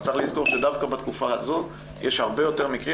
צריך לזכור שדווקא בתקופה הזאת יש הרבה יותר מקרים